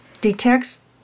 detects